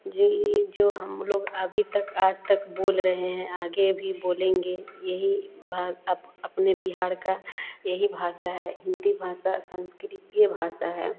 जो यह जो हम लोग अभी तक आज तक बोल रहे हैं आगे भी बोलेंगे यही भा अप अपने बिहार का यही भाषा है हिंदी भाषा संस्कृतीय भाषा है